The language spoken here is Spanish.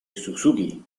suzuki